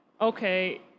okay